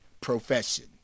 profession